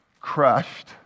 Crushed